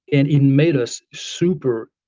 and it made us super